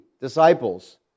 disciples